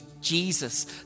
Jesus